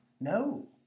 No